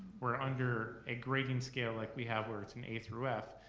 we're under a grading scale like we have, where it's and a through f.